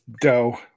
dough